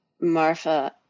Marfa